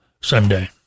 Sunday